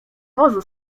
wozu